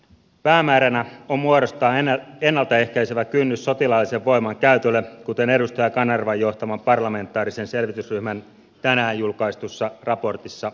päämääränä on muodostaa ennalta ehkäisevä kynnys sotilaallisen voiman käytölle kuten edustaja kanervan johtaman parlamentaarisen selvitysryhmän tänään julkaistussa raportissa todetaan